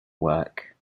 work